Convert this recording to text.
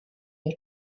your